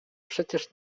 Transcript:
przecież